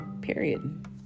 period